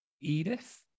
Edith